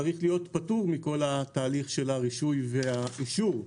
צריך להיות פטור מכל התהליך של הרישוי והאישור.